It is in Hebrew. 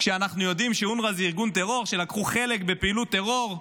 כשאנחנו יודעים שאונר"א זה ארגון טרור שלקחו חלק בפעילות טרור,